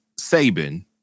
Saban